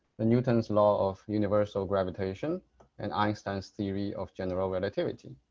the newton's law of universal gravitation and einstein's theory of general relativity.